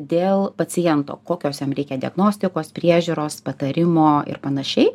dėl paciento kokios jam reikia diagnostikos priežiūros patarimo ir panašiai